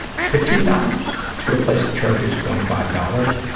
fifteen dollars to a place that charges twenty five dollars,